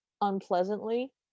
unpleasantly